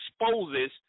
exposes